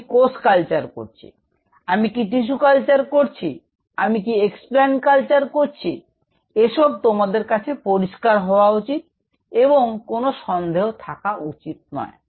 আমি কোষ কালচার করছি আমি কি টিস্যু কালচার করছি আমি কি এক্সপ্লানট কালচার করছি এসব তোমাদের কাছে পরিস্কার হওয়া উচিত এবং কোনও সন্দেহ থাকা উচিত নয়